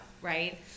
right